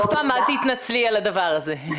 אף פעם אל תתנצלי על הדבר הזה.